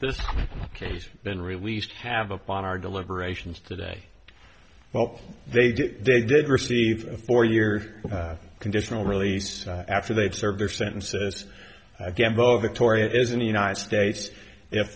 this case been released have upon our deliberations today well they did they did receive a four year conditional release after they've served their sentences again both victoria is in the united states if